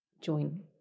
join